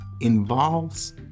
involves